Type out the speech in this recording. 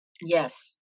Yes